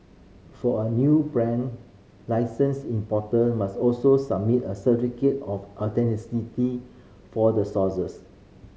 for a new brand licensed importer must also submit a certificate of for the sources